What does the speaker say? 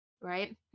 right